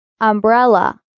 umbrella